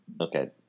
Okay